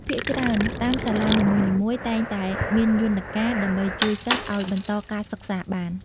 ភាគច្រើន តាមសាលានីមួយៗតែងតែមានយន្តការដើម្បីជួយសិស្សឲ្យបន្តការសិក្សាបាន។